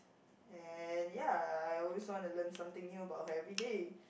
and ya I always want to learn something new about her everyday